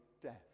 death